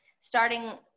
starting